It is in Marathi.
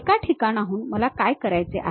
एका ठिकाणाहून मला काय करायचे आहे